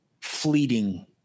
fleeting